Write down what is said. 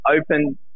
open